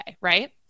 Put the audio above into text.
Right